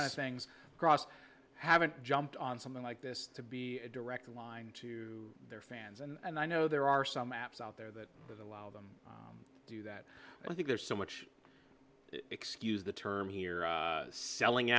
one of the sayings across haven't jumped on something like this to be a direct line to their fans and i know there are some apps out there that allow them to do that i think there's so much excuse the term here selling